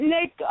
Nick